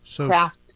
craft